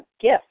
gift